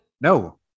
No